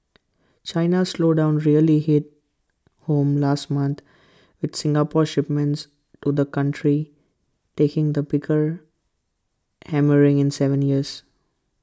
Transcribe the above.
China's slowdown really hit home last month with Singapore's shipments to the country taking the bigger hammering in Seven years